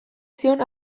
zion